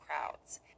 crowds